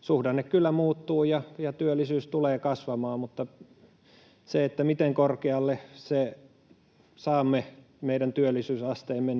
Suhdanne kyllä muuttuu ja työllisyys tulee kasvamaan, mutta se, miten korkealle saamme meidän työllisyysasteemme,